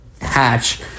hatch